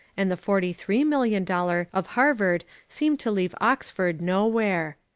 and the forty three million dollars of harvard seem to leave oxford nowhere.